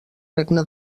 regne